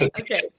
Okay